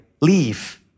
Leave